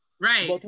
Right